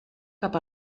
cap